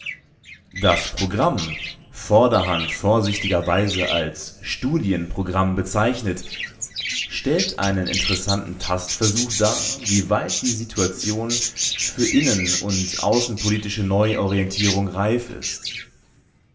das programm vorderhand vorsichtigerweise als studienprogramm bezeichnet stellt einen interessanten tastversuch dar wieweit die situation für innen und außenpolitische neuorientierung reif ist